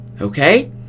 okay